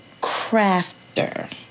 crafter